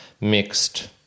mixed